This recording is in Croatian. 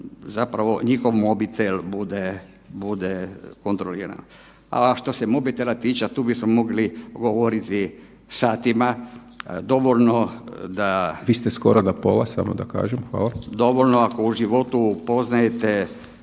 zapravo njihov mobitel bude kontroliran. A što se mobitela tiče, a tu bismo mogli govoriti satima, dovoljno da …/Upadica: Vi ste skoro do pola, samo da kažem. Hvala./… dovoljno ako u životu poznajete